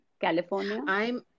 California